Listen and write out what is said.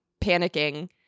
panicking